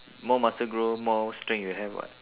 more muscle grow more strength you have what